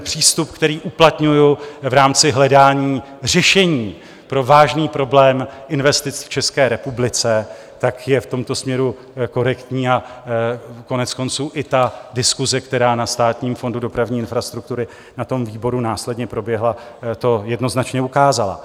Přístup, který uplatňuji v rámci hledání řešení pro vážný problém investic v České republice, je v tomto směru korektní a koneckonců i diskuse, která na Státním fondu dopravní infrastruktury, na tom výboru, následně proběhla, to jednoznačně ukázala.